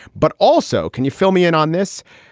but also, can you fill me in on this?